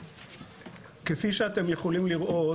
כפי שאתם יכולים לראות,